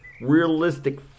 realistic